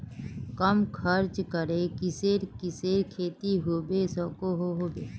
कम खर्च करे किसेर किसेर खेती होबे सकोहो होबे?